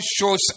shows